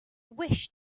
wish